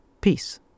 Peace